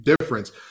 difference